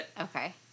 Okay